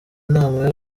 inama